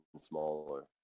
smaller